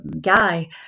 guy